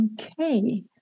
Okay